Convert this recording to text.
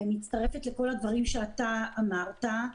ואני מצטרפת לכל הדברים שאתה אמרת.